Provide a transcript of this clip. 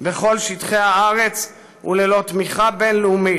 בכל שטחי הארץ וללא תמיכה בין-לאומית,